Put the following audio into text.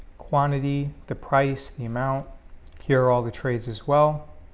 quantity the price the amount here all the trades as well